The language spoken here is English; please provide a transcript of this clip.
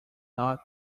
not